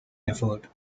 effort